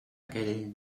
aquell